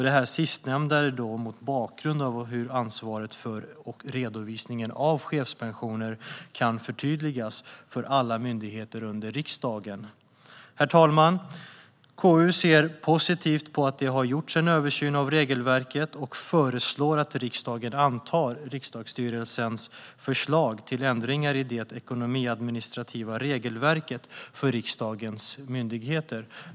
Det sistnämnda är mot bakgrund av hur ansvaret för och redovisningen av chefspensioner kan förtydligas för alla myndigheter under riksdagen. Herr talman! KU ser positivt på att det har gjorts en översyn av regelverket och föreslår att riksdagen antar riksdagsstyrelsens förslag till ändringar i det ekonomiadministrativa regelverket för riksdagens myndigheter.